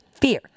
fear